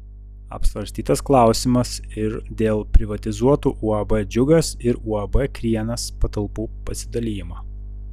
apsvarstytas klausimas ir dėl privatizuotų uab džiugas ir uab krienas patalpų pasidalijimo